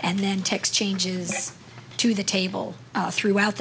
and then text changes to the table throughout the